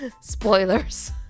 spoilers